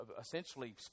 essentially